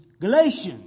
Galatians